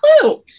clue